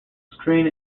screen